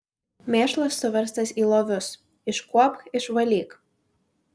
mėšlas suverstas į lovius iškuopk išvalyk